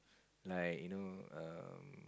like you know um